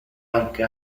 anche